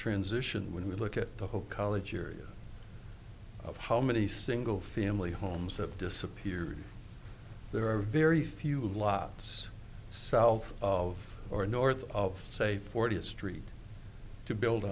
transitioned when we look at the whole college area of how many single family homes have disappeared there are very few lots south of or north of say fortieth street to build